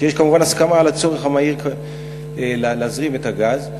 כשיש כמובן הסכמה על הצורך המהיר להזרים את הגז?